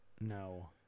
No